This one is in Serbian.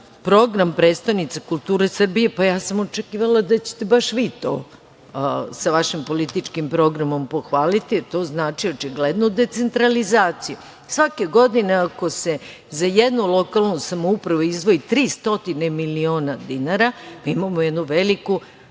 program prestonice kulture Srbije, pa, ja sam očekivala da ćete baš vi to sa vašim političkim programom pohvaliti, jer to znači očigledno decentralizaciju. Svake godine ako se za jednu lokalnu samoupravu izdvoji 300 miliona dinara, imamo jednu veliku